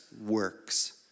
works